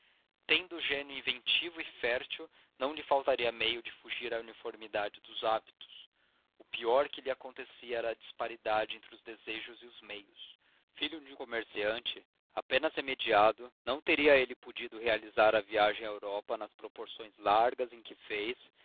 tendo o gênio inventivo e fértil não lhe faltaria meio de fugir à uniformidade dos hábitos o pior que lhe acontecia era a disparidade entre os desejos e os meios filho de um comerciante apenas remediado não teria ele podido realizar a viagem à europa nas proporções largas em que o fez